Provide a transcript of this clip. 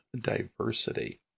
diversity